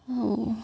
আৰু